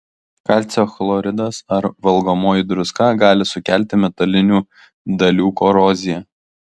kalcio chloridas ar valgomoji druska gali sukelti metalinių dalių koroziją